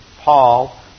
Paul